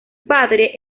padre